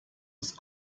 ist